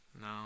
No